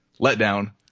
letdown